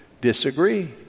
disagree